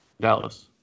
Dallas